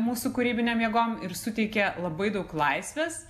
mūsų kūrybinėm jėgom ir suteikė labai daug laisvės